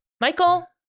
Michael